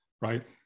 right